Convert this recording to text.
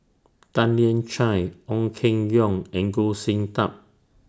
Tan Lian Chye Ong Keng Yong and Goh Sin Tub